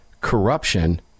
corruption